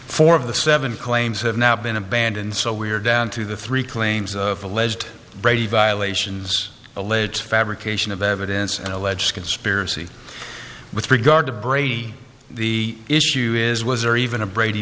of the seven claims have now been abandoned so we're down to the three claims of alleged brady violations alleged fabrication of evidence and alleged conspiracy with regard to brady the issue is was there even a brady